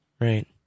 Right